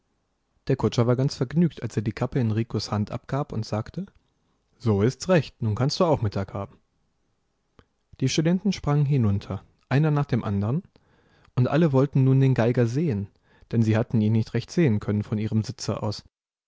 der kutscher war ganz vergnügt als er die kappe in ricos hand abgab und sagte so ist's recht nun kannst du auch mittag haben die studenten sprangen hinunter einer nach dem anderen und alle wollten nun den geiger sehen denn sie hatten ihn nicht recht sehen können von ihrem sitze aus